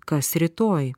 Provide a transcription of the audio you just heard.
kas rytoj